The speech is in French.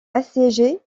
assiégés